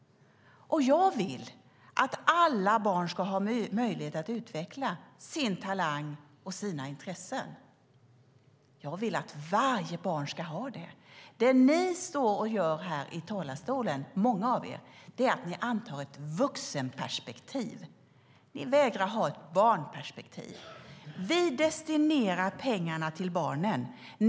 Jag vill att alla barn ska ha möjlighet att utveckla sin talang och sina intressen. Jag vill att varje barn ska ha det. Det många av er gör här i talarstolen är att ni antar ett vuxenperspektiv. Ni vägrar att ha ett barnperspektiv. Vi destinerar pengarna till barnen.